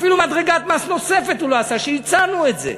אפילו מדרגת מס נוספת הוא לא עשה, והצענו את זה.